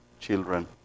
children